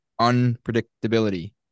unpredictability